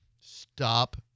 Stop